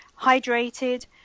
hydrated